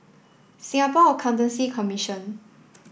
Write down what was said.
Singapore Accountancy Commission